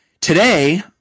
today